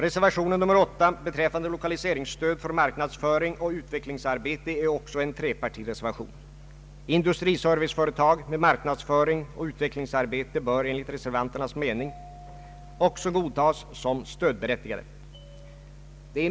Reservation 8 beträffande lokaliseringsstöd för marknadsföring och utvecklingsarbete är också en trepartireservation. Industriserviceföretag med marknadsföring och utvecklingsarbete bör enligt reservanternas mening också godtas som stödberättigade.